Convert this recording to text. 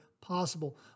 possible